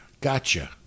Gotcha